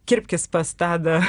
kirpkis pas tadą